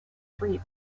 three